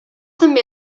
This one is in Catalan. també